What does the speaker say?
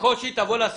תבוא לשר,